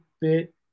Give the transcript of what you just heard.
bit